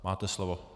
Máte slovo.